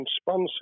sponsor